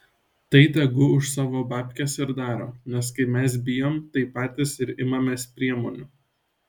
tai tegu už savo babkes ir daro nes kai mes bijom tai patys ir imamės priemonių